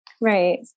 Right